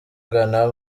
ghana